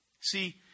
See